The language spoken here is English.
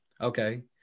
okay